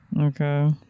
Okay